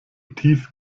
tief